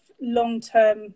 long-term